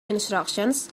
instructions